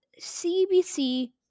CBC